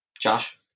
Josh